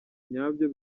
nyabyo